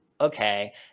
okay